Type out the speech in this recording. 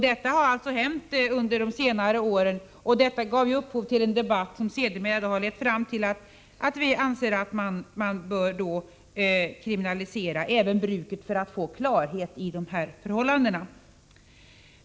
Detta har alltså hänt under de senare åren, och det gav upphov till en debatt som har lett fram till att vi anser att man bör kriminalisera även bruket, för att få klarhet i förhållandena.